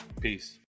peace